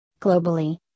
globally